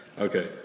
okay